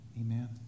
Amen